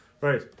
Right